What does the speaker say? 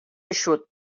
eixut